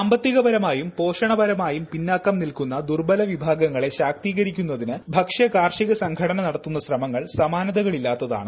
സാമ്പത്തികപരമായും പോഷണ പരമായും പിന്നാക്കം നിൽക്കുന്ന ദുർബല വിഭാഗങ്ങളെ ശാക്തീകരിക്കുന്നതിന് ഭക്ഷ്യ കാർഷിക സംഘടന നടത്തുന്ന ശ്രമങ്ങൾ സമാനതകളില്ലാത്തതാണ്